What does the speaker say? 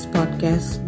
Podcast